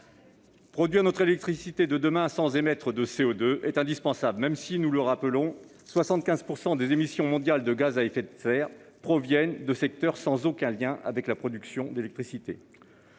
Produire notre électricité de demain sans émettre de CO2 est indispensable, même si, rappelons-le, 75 % des émissions mondiales de gaz à effet de serre proviennent de secteurs sans aucun lien avec la production d'électricité.